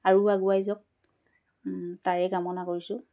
আৰু আগুৱাই যাওক তাৰে কামনা কৰিছোঁ